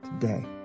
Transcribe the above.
today